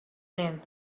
man